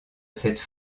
cette